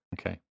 Okay